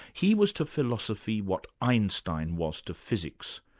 he was to philosophy what einstein was to physics.